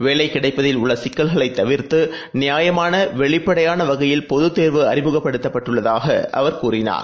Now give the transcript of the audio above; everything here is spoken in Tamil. வேலைகிடைப்பதில் உள்ளசிக்கல்களைத் தவிர்த்துநியாயமானவெளிப்படையானவகையில் பொதுத் தேர்வு அறிமுகப்படுத்தப்பட்டுள்ளதாகஅவர் கூறினார்